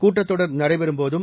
கூட்டத் தொடர் நடைபெறும்போதும்